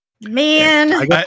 man